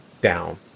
down